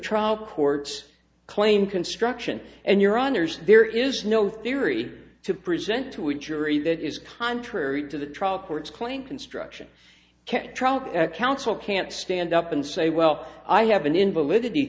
trial court's claim construction and your honors there is no theory to present to injury that is contrary to the trial court's claim construction trial counsel can't stand up and say well i haven't invalidity